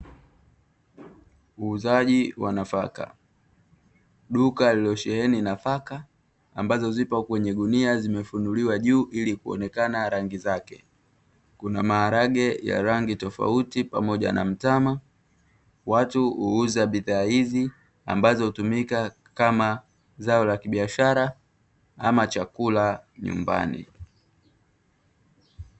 Uuzaji wa nafaka duka lilosheheni nafaka ambazo zipo kwenye gunia zimefunuliwa juu ili kuonekana rangi zake. Kuna maharage ya rangi tofauti pamoja na mtama. Watu huuza bidhaa hizi ambazo hutumika kama zao la kibiashara ama chakula nyumbani.